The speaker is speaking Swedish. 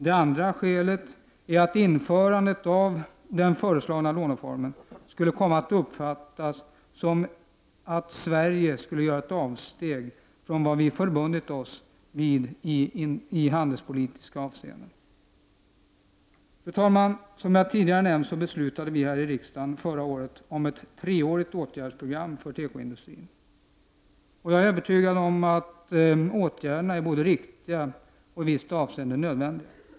Det andra skälet är att införandet av den föreslagna låneformen skulle komma att uppfattas som att Sverige skulle göra ett avsteg från vad vi förbundit oss till i handelspolitiska avseenden. Fru talman! Som jag tidigare nämnt beslutade vi här i riksdagen förra året om ett treårigt åtgärdsprogram för tekoindustrin, och jag är övertygad om att åtgärderna är både riktiga och i visst avseende nödvändiga.